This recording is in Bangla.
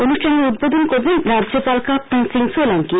অনুষ্ঠানের উদ্বোধন করবেন রাজ্যপাল কাপ্তান সিং সোলাঙ্কি